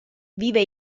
vive